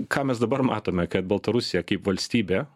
ką mes dabar matome kad baltarusija kaip valstybė